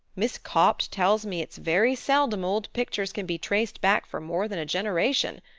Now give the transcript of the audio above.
miss copt tells me it's very seldom old pictures can be traced back for more than a generation.